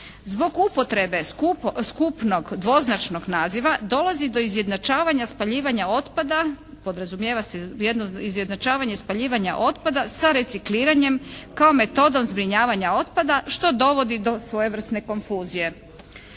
otpada, podrazumijeva se izjednačavanje spaljivanja otpada sa recikliranjem kao metodom zbrinjavanja otpada što dovodi do svojevrsne konfuzije.